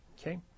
Okay